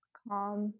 calm